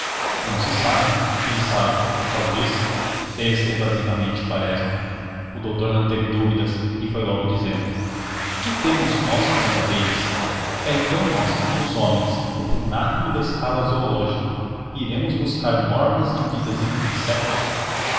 não se sabe quem sabe talvez fez evasivamente quaresma o doutor não teve dúvidas e foi logo dizendo que temos nós com as abelhas então nós os homens o pináculo da escala zoológica iremos buscar normas de vida entre insectos